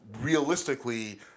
realistically